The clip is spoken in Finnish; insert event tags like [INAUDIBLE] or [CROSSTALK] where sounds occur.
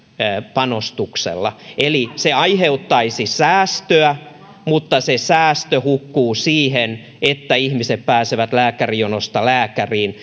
panostuksella eli se aiheuttaisi säästöä mutta se säästö hukkuu siihen että ihmiset pääsevät lääkärijonosta lääkäriin [UNINTELLIGIBLE]